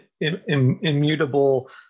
immutable